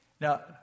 Now